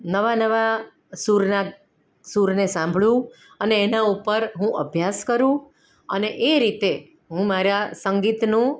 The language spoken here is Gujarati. નવા નવા સુરના સુરને સાંભળું અને એના ઉપર હું અભ્યાસ કરું અને એ રીતે હું મારા સંગીતનું